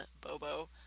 Bobo